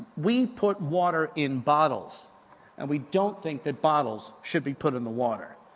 we put water in bottles and we don't think that bottles should be put in the water.